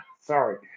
sorry